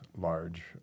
large